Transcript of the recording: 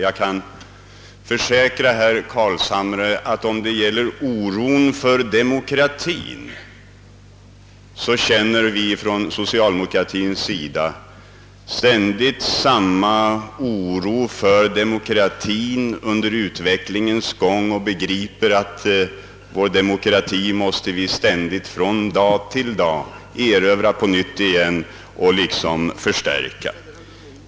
Jag kan försäkra herr Carlshamre, att om det gäller oron för demokratin, så känner vi på socialdemokratisk sida ständigt samma oro för demokratin under utvecklingens gång. Vi är fullt medvetna om att vår demokrati måste vi ständigt från dag till dag erövra på nytt och förstärka.